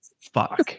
fuck